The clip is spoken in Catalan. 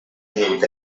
tingut